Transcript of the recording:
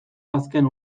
azken